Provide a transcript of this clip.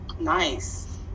Nice